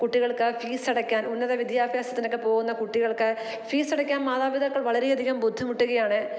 കുട്ടികൾക്ക് ഫീസടക്കാൻ ഉന്നത വിദ്യാഭ്യാസത്തിനക്കെ പോകുന്ന കുട്ടികൾക്ക് ഫീസടക്കാൻ മാതാപിതാക്കൾ വളരെയധികം ബുദ്ധിമുട്ടുകയാണ്